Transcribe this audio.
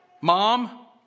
Mom